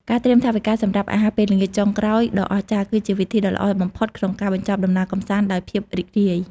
ការត្រៀមថវិកាសម្រាប់អាហារពេលល្ងាចចុងក្រោយដ៏អស្ចារ្យ គឺជាវិធីដ៏ល្អបំផុតក្នុងការបញ្ចប់ដំណើរកម្សាន្តដោយភាពរីករាយ។